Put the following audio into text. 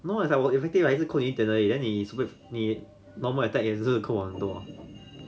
no as I was is okay lah 每次扣你一点而已 then 你你 normal attack 而已每次扣我很多